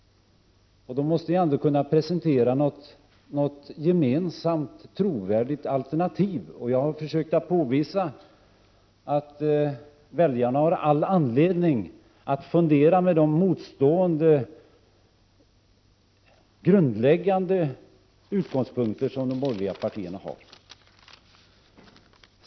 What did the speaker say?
Då måste ni ändå kunna presentera något gemensamt trovärdigt alternativ. Jag har försökt påvisa att väljarna har all anledning att fundera över de motstående grundläggande utgångspunkter som de borgerliga partierna har.